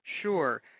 Sure